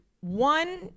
One